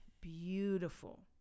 beautiful